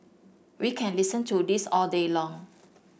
we can listen to this all day long